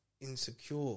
insecure